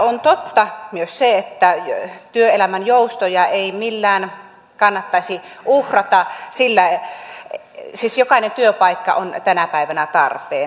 on totta myös se että työelämän joustoja ei millään kannattaisi uhrata sillä jokainen työpaikka on tänä päivänä tarpeen